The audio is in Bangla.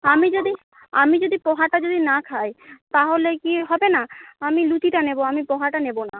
আমি যদি আমি যদি পোহাটা যদি না খাই তাহলে কি হবে না আমি লুচিটা নেব আমি পোহাটা নেব না